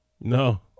No